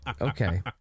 Okay